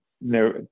no